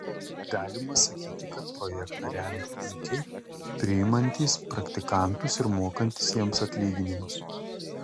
galima sakyti kad projektą remia ūkiai priimantys praktikantus ir mokantys jiems atlyginimus